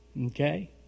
Okay